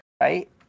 Right